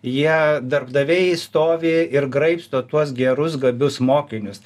jie darbdaviai stovi ir graibsto tuos gerus gabius mokinius